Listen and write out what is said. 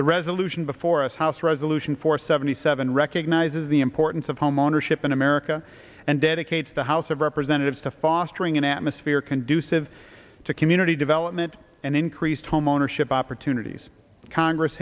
the resolution before us house resolution four seventy seven recognizes the importance of homeownership in america and dedicates the house of representatives to fostering an atmosphere conducive to community development and increased homeownership opportunities congress